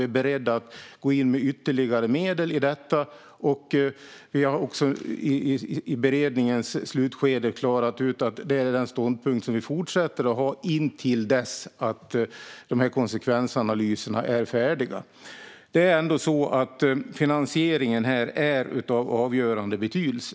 Vi är beredda att gå in med ytterligare medel i detta, och vi har i beredningens slutskede klarat ut att det är den ståndpunkt som vi fortsätter att ha intill dess att konsekvensanalyserna är färdiga. Finansieringen är här av avgörande betydelse.